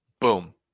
boom